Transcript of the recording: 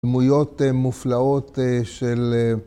דמויות מופלאות של...